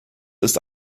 ist